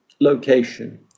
location